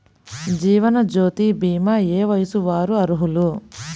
జీవనజ్యోతి భీమా ఏ వయస్సు వారు అర్హులు?